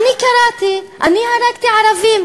אני הרגתי ערבים,